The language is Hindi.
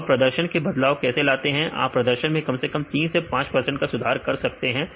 तो अब प्रदर्शन में बदलाव कैसे लाते हैं आप प्रदर्शन में कम से कम 3 से 5 का सुधार कर सकते हैं